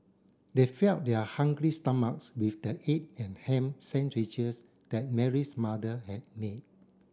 they fed up their hungry stomachs with the egg and ham sandwiches that Mary's mother had made